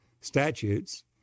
statutes